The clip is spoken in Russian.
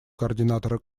координатора